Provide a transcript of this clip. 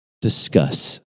discuss